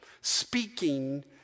speaking